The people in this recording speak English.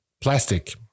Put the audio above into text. plastic